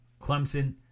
Clemson